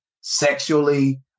sexually